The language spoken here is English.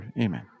Amen